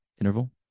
interval